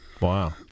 Wow